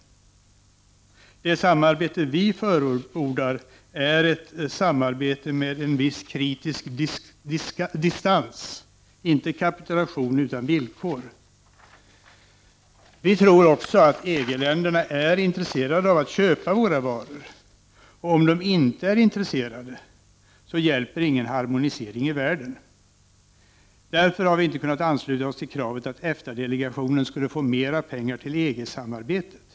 Det samarbete vi förordar är ett samarbete med en viss kritisk distans, inte en kapitulation utan villkor. Vi tror dessutom att EG-länderna är intresse rade av att köpa svenska varor, och om de inte är intresserade, så hjälper Prot. 1989/90:45 ingen harmonisering i världen. Därför har vi inte kunnat ansluta oss till kra 13 december 1989 vet att EFTA-delegationen'skulle få mera pengar till EG-samarbetet.